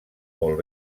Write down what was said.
molt